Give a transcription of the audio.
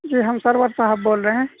جی ہم سرور صاحب بول رہے ہیں